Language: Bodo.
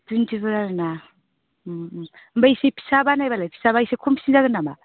टवेन्थिफोर आरो ना ओमफ्राय एसे फिसा बानायबालाय फिसाबा एसे खमसिन जागोन नामा